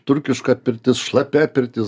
turkiška pirtis šlapia pirtis